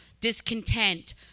discontent